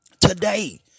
today